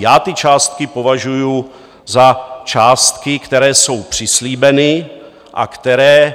Já ty částky považuji za částky, které jsou přislíbeny a které